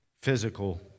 physical